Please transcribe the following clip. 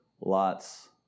Lot's